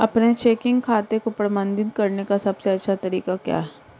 अपने चेकिंग खाते को प्रबंधित करने का सबसे अच्छा तरीका क्या है?